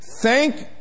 Thank